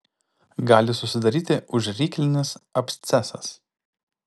gali susidaryti užryklinis abscesas